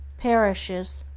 perishes,